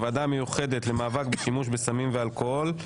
הוועדה המיוחדת למאבק בשימוש בסמים ובאלכוהול.